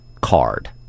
card